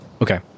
Okay